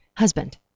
husband